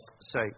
say